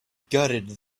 gutted